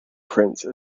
prince